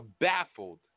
baffled